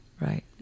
right